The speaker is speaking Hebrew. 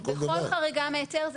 בכל חריגה להיתר.